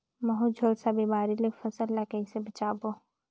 महू, झुलसा बिमारी ले फसल ल कइसे बचाबो?